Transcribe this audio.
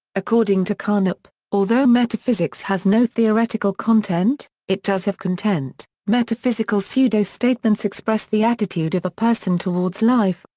according to carnap, although metaphysics has no theoretical content, it does have content metaphysical pseudo-statements express the attitude of a person towards life,